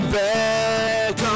back